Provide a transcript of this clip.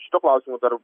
šituo klausimu dar